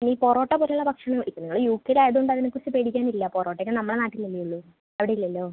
ഈ പൊറോട്ട പോലുള്ള ഭക്ഷണമായിരിക്കും നിങ്ങൾ യു കെയിൽ ആയതുകൊണ്ട് അതിനെ കുറിച്ച് പേടിക്കാനില്ല പൊറോട്ടയൊക്കെ നമ്മുടെ നാട്ടിലല്ലേ ഉള്ളൂ അവിടെ ഇല്ലല്ലോ